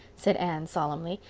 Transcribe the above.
said anne solemnly.